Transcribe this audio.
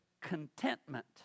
contentment